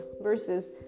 versus